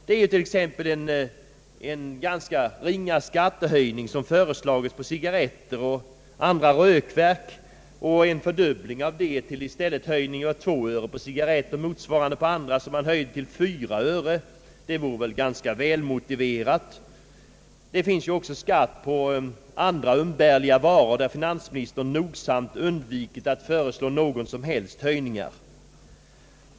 Det är t.ex. en ganska ringa skattehöjning som föreslagits på cigarretter och andra rökverk, och en fördubbling från 2 till 4 öre per cigarrett skulle varit ganska välmotiverad. Det finns också skatt på andra umbärliga varor, där finansministern nogsamt undvikit att föreslå någon som helst höjning.